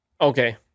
Okay